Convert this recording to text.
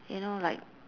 you know like